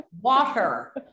Water